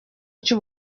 cy’u